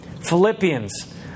Philippians